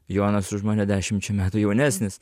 jonas už mane dešimčia metų jaunesnis